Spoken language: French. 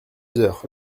heures